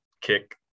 kick